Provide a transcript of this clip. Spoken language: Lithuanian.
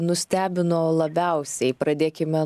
nustebino labiausiai pradėkime